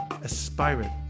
aspirant